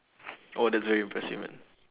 oh that's very impressive man